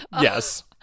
Yes